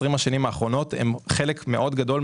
העבודה, מה